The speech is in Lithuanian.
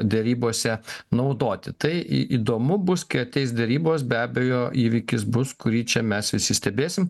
derybose naudoti tai i įdomu bus kai ateis derybos be abejo įvykis bus kurį čia mes visi stebėsim